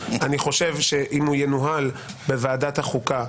אני חושב שאם הוא ינוהל בוועדת החוקה,